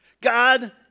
God